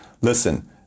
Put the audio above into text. listen